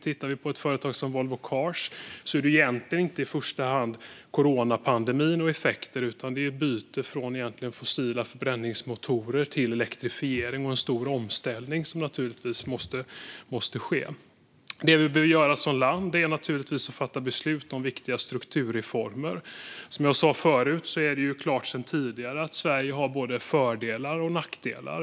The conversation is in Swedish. Tittar vi på ett företag som Volvo Cars ser vi egentligen inte i första hand coronapandemins effekter utan bytet från fossila förbränningsmotorer till elektrifiering och en stor omställning som måste ske. Det som vi behöver göra som land är att fatta beslut om viktiga strukturreformer. Som jag sa förut är det klart sedan tidigare att Sverige har både fördelar och nackdelar.